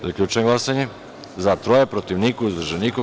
Zaključujem glasanje: za – tri, protiv – niko, uzdržan – niko.